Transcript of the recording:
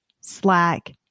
Slack